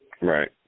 Right